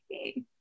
okay